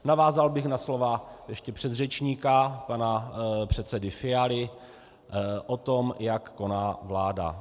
Navázal bych na slova ještě předřečníka, pana předsedy Fialy, o tom, jak koná vláda.